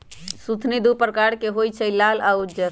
सुथनि दू परकार के होई छै लाल आ उज्जर